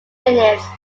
minutes